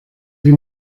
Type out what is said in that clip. wie